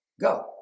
go